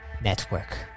network